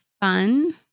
fun